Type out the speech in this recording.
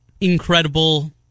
incredible